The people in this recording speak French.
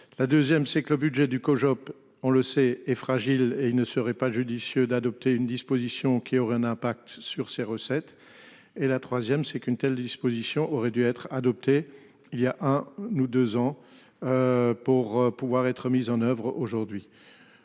La 2ème c'est que le budget du COJOP, on le sait est fragile et il ne serait pas judicieux d'adopter une disposition qui aurait un impact sur ses recettes et la troisième c'est qu'une telle disposition aurait dû être adopté il y a un nous deux ans. Pour pouvoir être mises en oeuvre aujourd'hui.